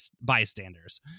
bystanders